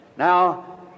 Now